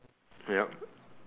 yup